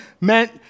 meant